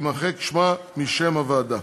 יימחק שמה משם הוועדה.